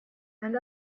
and